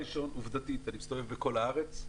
עובדתית, ואני מסתובב בכל הארץ,